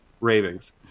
ravings